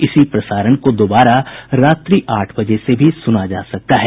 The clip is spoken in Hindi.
इसी प्रसारण को दोबारा रात्रि आठ बजे से भी सुना जा सकता है